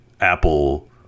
Apple